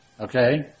okay